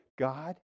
God